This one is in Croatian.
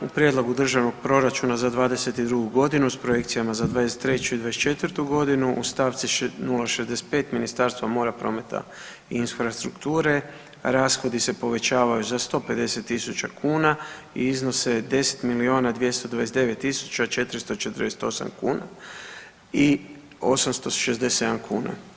U prijedlogu državnog proračuna za '22. godinu s projekcijama za '23. i '24. godinu u stavci 065 Ministarstvo mora, prometa i infrastrukture rashodi se povećavaju za 150.000 kuna i iznose 10 miliona 229 tisuća 448 kuna i 867 kuna.